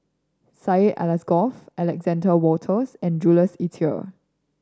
Syed Alsagoff Alexander Wolters and Jules Itier